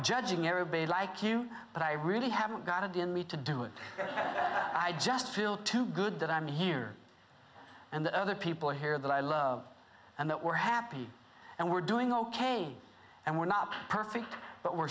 judging arab a like you but i really haven't got it in me to do it i just feel too good that i'm here and that other people here that i love and that were happy and we're doing ok and we're not perfect but we're